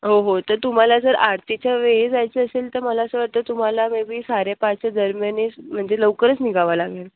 हो हो तर तुम्हाला जर आरतीच्या वेळी जायचं असेल तर मला असं वाटतं तुम्हाला मे बी साडे पाचच्या दरम्यानच म्हणजे लवकरच निघावं लागेल